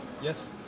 Yes